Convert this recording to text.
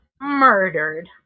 murdered